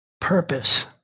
purpose